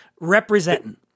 representing